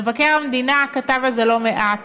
מבקר המדינה כתב על זה לא מעט.